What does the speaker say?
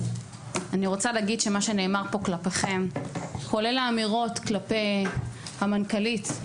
אני רוצה להגיד שמה שנאמר פה כלפיכם כולל האמירות כלפי המנכ"לית,